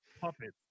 Puppets